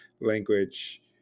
language